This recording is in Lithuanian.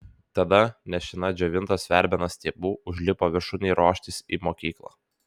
tada nešina džiovintos verbenos stiebu užlipo viršun ruoštis į mokyklą